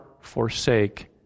forsake